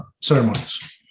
ceremonies